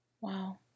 Wow